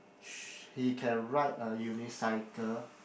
sh~ he can ride a unicycle